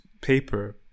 paper